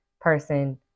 person